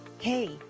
hey